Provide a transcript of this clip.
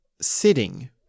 sitting